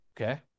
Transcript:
Okay